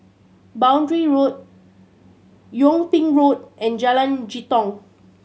Boundary Road Yung Ping Road and Jalan Jitong